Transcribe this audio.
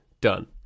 Done